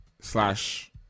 slash